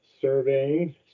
surveying